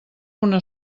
una